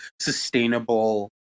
sustainable